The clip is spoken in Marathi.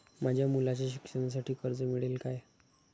माझ्या मुलाच्या शिक्षणासाठी कर्ज मिळेल काय?